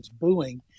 booing